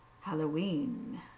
Halloween